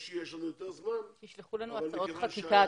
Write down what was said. תשלחו לנו הצעות חקיקה.